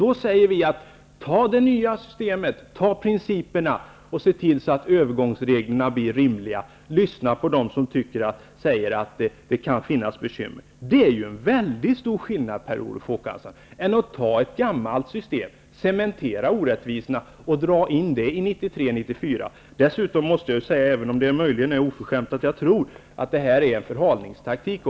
Vi säger därför: Ta det nya systemet, ta principerna, och se till att övergångsreglerna blir rimliga. Lyssna på dem som säger att det kan finnas bekymmer. Det är ju, Per Olof Håkansson, en väldigt stor skillnad mellan detta och att ta ett gammalt system, cementera orättvisorna och dra in det i 1993/94. Även om det möjligen är oförskämt måste jag säga att jag tror att detta också är en förhalningstaktik.